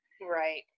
Right